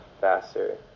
faster